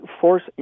force